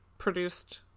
Produced